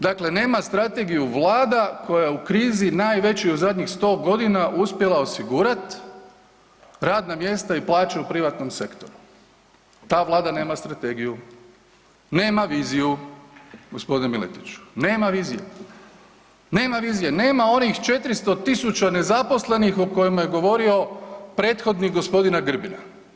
Dakle, nema strategiju Vlada koja u krizi najvećoj u zadnjih 100 godina uspjela osigurati radna mjesta i plaće u privatnom sektoru, ta vlada nema strategiju, nema viziju gospodin Miletić, nema vizije, nema vizije, nema onih 400.000 nezaposlenih o kojima je govorio prethodnih gospodina Grbina.